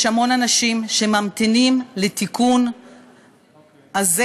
יש המון אנשים שממתינים לתיקון הזה,